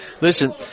Listen